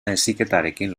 heziketarekin